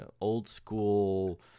old-school